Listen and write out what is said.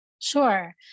Sure